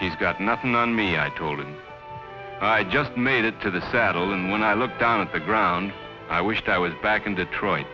she's got nothing on me i told him i just made it to the saddle and when i looked down at the ground i wished i was back in detroit